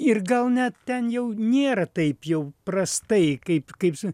ir gal net ten jau nėra taip jau prastai kaip kaip su